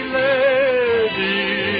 lady